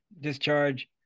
discharge